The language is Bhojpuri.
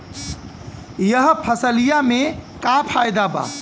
यह फसलिया में का फायदा बा?